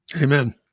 Amen